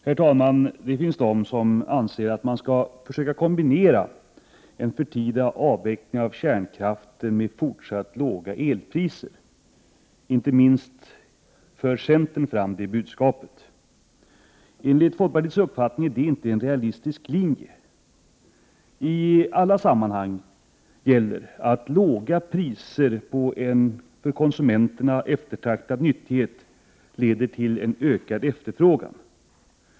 Herr talman! De finns de som anser att man skall försöka kombinera en förtida avveckling av kärnkraften med fortsatt låga elpriser. Inte minst centern för fram det budskapet. Enligt folkpartiet är det inte en realistisk linje. I alla sammanhang gäller att låga priser på en för konsumenterna eftertraktad nyttighet leder till en ökad efterfrågan.